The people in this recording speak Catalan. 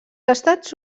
estats